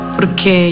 Porque